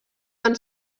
van